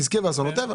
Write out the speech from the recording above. נזקי ואסונות טבע.